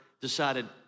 decided